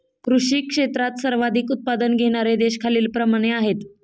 कृषी क्षेत्रात सर्वाधिक उत्पादन घेणारे देश खालीलप्रमाणे आहेत